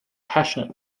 passionate